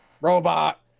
robot